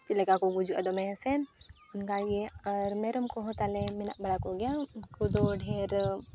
ᱪᱮᱫ ᱞᱮᱠᱟ ᱠᱚ ᱜᱩᱡᱩᱜᱼᱟ ᱫᱚᱢᱮ ᱥᱮ ᱚᱱᱠᱟᱜᱮ ᱟᱨ ᱢᱮᱨᱚᱢ ᱠᱚᱦᱚᱸ ᱛᱟᱞᱮ ᱢᱮᱱᱟᱜ ᱵᱟᱲᱟ ᱠᱚᱜᱮᱭᱟ ᱩᱱᱠᱩ ᱫᱚ ᱰᱷᱮᱨ